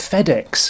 FedEx